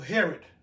Herod